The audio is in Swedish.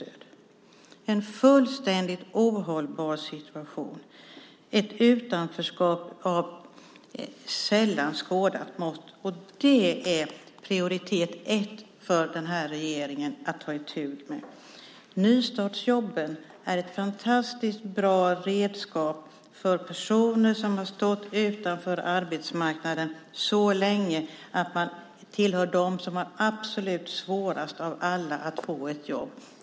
Det är en fullständigt ohållbar situation. Det är ett utanförskap av sällan skådat mått. Det är prioritet 1 för regeringen att ta itu med det. Nystartsjobben är ett fantastiskt bra redskap för personer som har stått utanför arbetsmarknaden så länge att de hör till dem som har absolut svårast av alla att få ett jobb.